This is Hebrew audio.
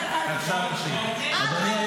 סליחה,